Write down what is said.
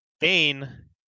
Bane